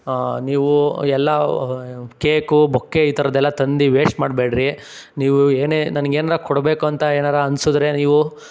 ನೀವು ಎಲ್ಲ cake bouquet ಈ ಥರದ್ದೆಲ್ಲ ತಂದು ವೇಸ್ಟ್ ಮಾಡಬೇಡ್ರಿ ನೀವು ಏನೇ ನನ್ಗೆ ಏನಾರ ಕೊಡಬೇಕು ಅಂತ ಏನಾದ್ರೂ ಅನ್ನಿಸಿದ್ರೆ ನೀವು